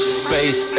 space